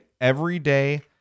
everyday